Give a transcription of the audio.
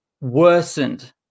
worsened